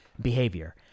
behavior